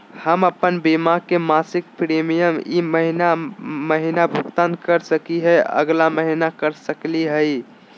हम अप्पन बीमा के मासिक प्रीमियम ई महीना महिना भुगतान कर सकली हे, अगला महीना कर सकली हई?